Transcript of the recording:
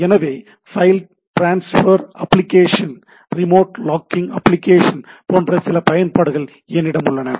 எனவே file transfer application remote logging application போன்ற சில பயன்பாடுகள் என்னிடம் உள்ளன